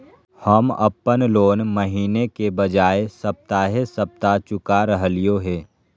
हम अप्पन लोन महीने के बजाय सप्ताहे सप्ताह चुका रहलिओ हें